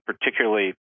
particularly